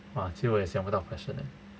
!wah! 其实我也想不到 question leh